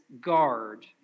guard